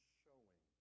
showing